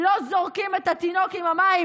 לא שופכים את התינוק עם המים